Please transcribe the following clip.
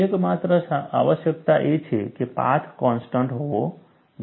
એકમાત્ર આવશ્યકતા એ છે કે પાથ કોન્સ્ટન્ટ હોવો જોઈએ